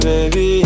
Baby